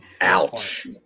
ouch